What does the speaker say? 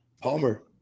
Palmer